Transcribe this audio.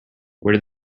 where